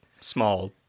small